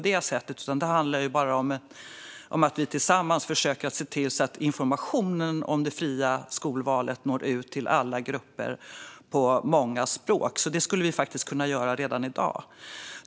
Det handlar bara om att vi tillsammans försöker se till att informationen om det fria skolvalet når ut till alla grupper och på många språk. Det skulle vi faktiskt kunna göra redan i dag.